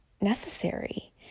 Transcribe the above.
necessary